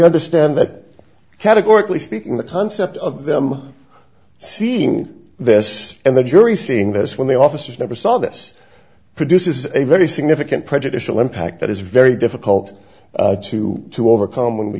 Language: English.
understand that categorically speaking the concept of them seeing this and the jury seeing this when the officers never saw this produces a very significant prejudicial impact that is very difficult to to overcome when we